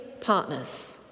partners